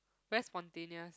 very spontaneous